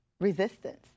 resistance